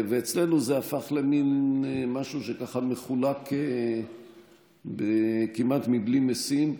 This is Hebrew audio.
ואצלנו זה הפך למין משהו שככה מחולק כמעט מבלי משים.